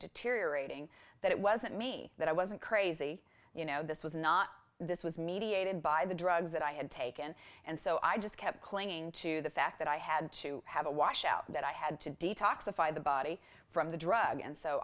deteriorating that it wasn't me that i wasn't crazy you know this was not this was mediated by the drugs that i had taken and so i just kept clinging to the fact that i had to have a washout that i had to detoxify the body from the drug and so